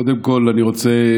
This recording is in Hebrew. קודם כול אני רוצה,